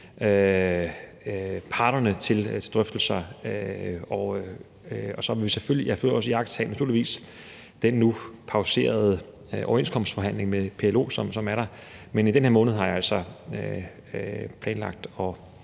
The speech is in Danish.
parterne til drøftelser. Og jeg har for øvrigt også iagttaget, naturligvis, den nu pauserede overenskomstforhandling med PLO, som er i gang, men i den her måned har jeg altså planlagt –